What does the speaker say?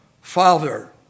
Father